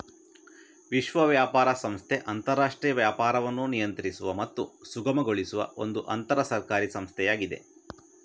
ವಿಶ್ವ ವ್ಯಾಪಾರ ಸಂಸ್ಥೆ ಅಂತರಾಷ್ಟ್ರೀಯ ವ್ಯಾಪಾರವನ್ನು ನಿಯಂತ್ರಿಸುವ ಮತ್ತು ಸುಗಮಗೊಳಿಸುವ ಒಂದು ಅಂತರ ಸರ್ಕಾರಿ ಸಂಸ್ಥೆಯಾಗಿದೆ